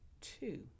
two